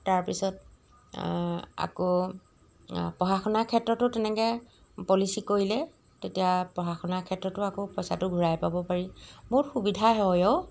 তাৰপিছত আকৌ পঢ়া শুনাৰ ক্ষেত্ৰতো তেনেকৈ পলিচি কৰিলে তেতিয়া পঢ়া শুনাৰ ক্ষেত্ৰতো আকৌ পইচাটো ঘূৰাই পাব পাৰি বহুত সুবিধাই হয় অ'